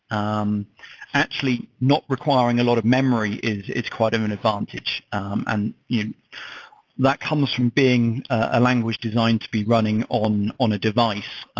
um actually, not requiring a lot of memory is quite of an advantage. and you know that comes from being a language designed to running on on a device.